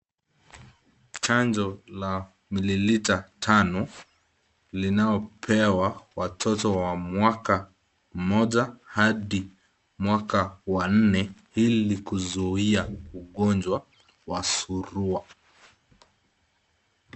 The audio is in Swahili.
Chanjo la mililita tano, linao pewa watoto wa mwaka mmoja hadi mwaka wa nne ilikuzuia ugonjwa wa surua.